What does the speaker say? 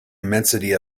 immensity